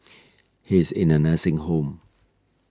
he is in a nursing home